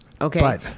Okay